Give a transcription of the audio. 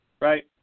right